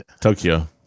Tokyo